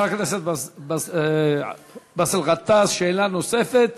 חבר הכנסת באסל גטאס שאלה נוספת.